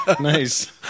Nice